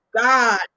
God